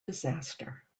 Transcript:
disaster